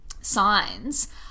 signs